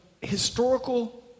historical